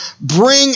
Bring